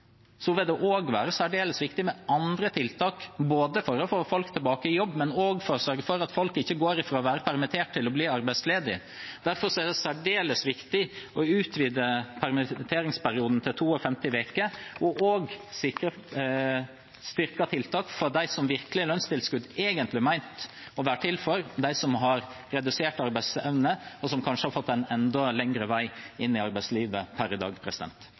vil også være særdeles viktig med andre tiltak, både for å få folk tilbake i jobb og for å sørge for at folk ikke går fra å være permittert til å bli arbeidsledige. Derfor er det særdeles viktig å utvide permitteringsperioden til 52 uker og også å sikre styrkede tiltak for dem lønnstilskudd egentlig er ment for: de som har redusert arbeidsevne, og som per i dag kanskje har fått en enda lengre vei inn i arbeidslivet.